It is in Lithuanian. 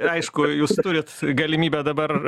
aišku jūs turit galimybę dabar